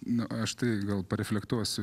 nu aš tai gal pareflektuosiu